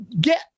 get